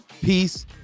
peace